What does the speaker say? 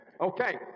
Okay